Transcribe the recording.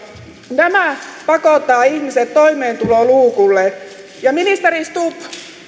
nämä pakottavat ihmiset toimeentuloluukulle ja ministeri stubb